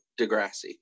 Degrassi